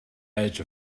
edge